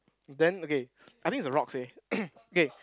then okay I think is a rocks eh okay